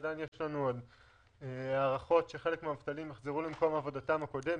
עדיין יש הערכות שחלק מהמובטלים יחזרו למקום עבודתם הקודם,